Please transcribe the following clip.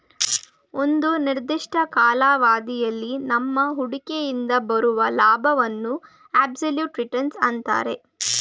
ಒಂದು ನಿರ್ದಿಷ್ಟ ಕಾಲಾವಧಿಯಲ್ಲಿ ನಮ್ಮ ಹೂಡಿಕೆಯಿಂದ ಬರುವ ಲಾಭವನ್ನು ಅಬ್ಸಲ್ಯೂಟ್ ರಿಟರ್ನ್ಸ್ ಅಂತರೆ